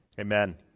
Amen